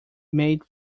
made